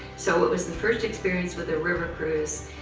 so it was the first experience with a river cruise